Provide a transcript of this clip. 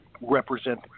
represent